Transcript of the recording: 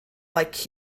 like